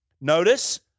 Notice